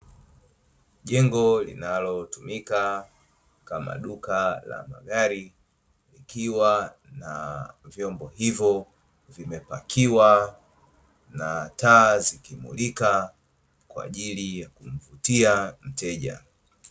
Jengo linalotumika kama duka la magari likiwa na vyombo, hivyo vimepakiwa na taa zikimulika kwa ajili ya kuvutiwa wateja.